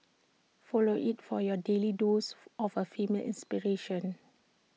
follow IT for your daily dose of A female inspiration